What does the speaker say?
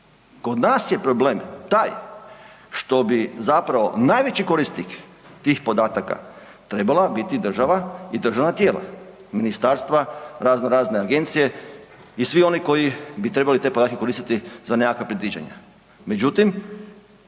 Kod nas je problem taj što bi zapravo najveći korisnik tih podataka trebala biti država i državna tijela, ministarstva, raznorazne agencije i svi oni koji bi trebali te podatke koristiti za nekakva predviđanja.